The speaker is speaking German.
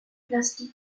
plastik